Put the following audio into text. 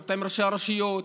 ישבת עם ראשי הרשויות,